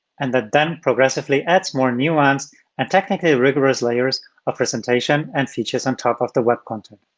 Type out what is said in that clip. and that then progressively adds more nuanced and technically rigorous layers of presentation and features on top of the web content.